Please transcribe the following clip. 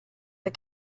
the